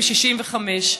ב-1965,